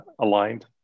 aligned